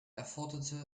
erforderte